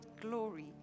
glory